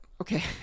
okay